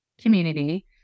community